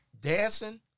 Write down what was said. dancing